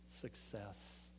success